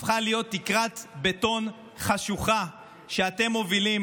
הפכה להיות תקרת בטון חשוכה שאתם מובילים